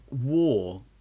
war